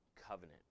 covenant